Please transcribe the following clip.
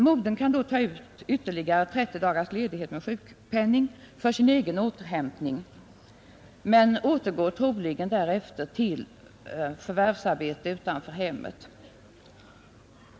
Modern kan då ta ut ytterligare 30 dagars sjukledighet med sjukpenning för sin egen återhämtning men återgår troligen därefter till förvärvsarbete utom hemmet.